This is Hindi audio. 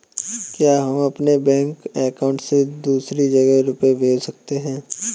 क्या हम अपने बैंक अकाउंट से दूसरी जगह रुपये भेज सकते हैं?